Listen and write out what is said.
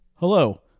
Hello